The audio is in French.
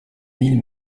mille